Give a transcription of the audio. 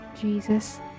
Jesus